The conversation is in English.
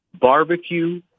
barbecue